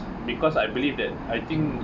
because I believe that I think